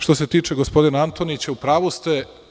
Što se tiče gospodina Antonića, u pravu ste.